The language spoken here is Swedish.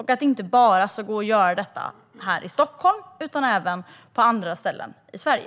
Och vad gör ni för att det ska gå att göra detta inte bara här i Stockholm utan även på andra ställen i Sverige?